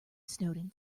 snowden